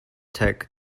tech